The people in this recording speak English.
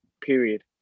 period